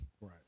Right